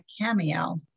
cameo